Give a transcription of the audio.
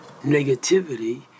negativity